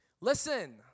Listen